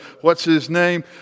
what's-his-name